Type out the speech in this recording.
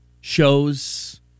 shows